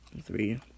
three